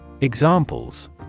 Examples